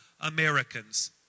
Americans